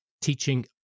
teaching